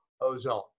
ozone